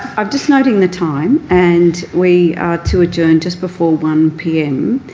i'm just noting the time. and we are to adjourn just before one pm.